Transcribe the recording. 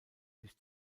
sich